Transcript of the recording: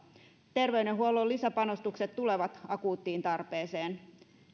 terveydenhuollon lisäpanostukset tulevat akuuttiin tarpeeseen